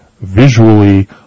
visually